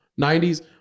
90s